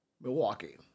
Milwaukee